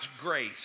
grace